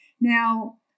Now